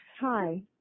Hi